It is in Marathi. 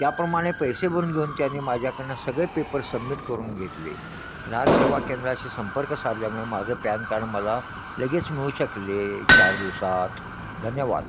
त्याप्रमाणे पैसे भरून घेऊन त्याने माझ्याकडून सगळे पेपर सबमिट करून घेतले ग्राहक सेवा केंद्राशी संपर्क साधल्यामुळे माझं पॅन कार्ड मला लगेच मिळू शकले चार दिवसात धन्यवाद